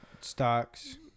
stocks